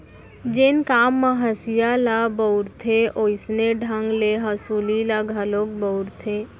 जेन काम म हँसिया ल बउरथे वोइसने ढंग ले हँसुली ल घलोक बउरथें